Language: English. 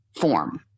form